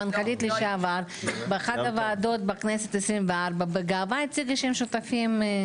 המנכ"לית לשעבר באחת הוועדות בכנסת ה-24 בגאווה הציגה שאתם שותפים.